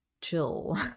chill